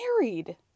married